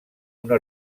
una